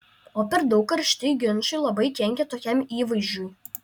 o per daug karšti ginčai labai kenkia tokiam įvaizdžiui